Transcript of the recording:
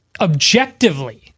objectively